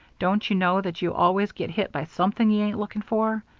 don't you know that you always get hit by something you ain't looking for?